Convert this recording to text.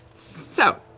so.